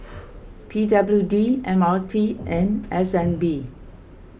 P W D M R T and S N B